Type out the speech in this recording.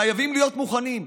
חייבים להיות מוכנים,